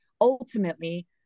ultimately